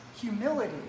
humility